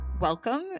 welcome